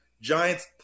Giants